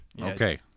Okay